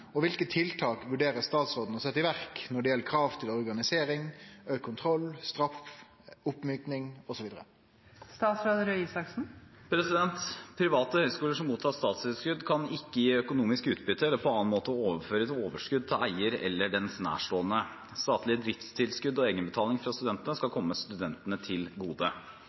gjelder krav til organisering, økt kontroll, straff, oppmykning osv.?» Private høyskoler som mottar statstilskudd, kan ikke gi økonomisk utbytte eller på annen måte overføre et overskudd til eier eller dens nærstående. Statlige driftstilskudd og egenbetaling fra studentene skal komme studentene til gode.